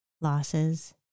losses